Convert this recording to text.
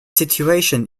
situation